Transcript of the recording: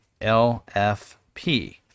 LFP